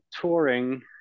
touring